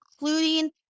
including